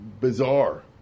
bizarre